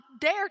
dare